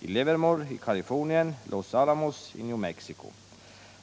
i Livermore i Kalifornien och i Los Alamos i New Mexico.